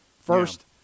first